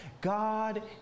God